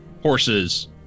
horses